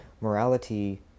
morality